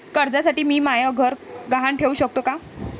कर्जसाठी मी म्हाय घर गहान ठेवू सकतो का